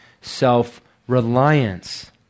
self-reliance